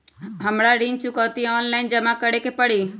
हमरा ऋण चुकौती ऑनलाइन जमा करे के परी?